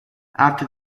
after